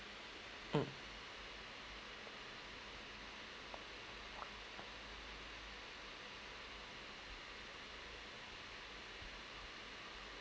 mm